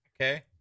okay